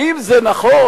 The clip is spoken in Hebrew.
האם זה נכון